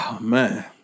Man